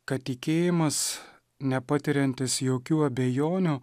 kad tikėjimas nepatiriantis jokių abejonių